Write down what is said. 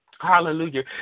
Hallelujah